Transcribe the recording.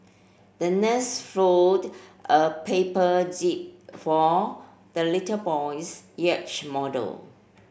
the nurse fold a paper jib for the little boy's yacht model